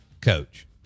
coach